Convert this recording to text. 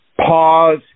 pause